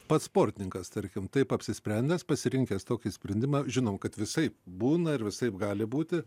pats sportininkas tarkim taip apsisprendęs pasirinkęs tokį sprendimą žinom kad visaip būna ir visaip gali būti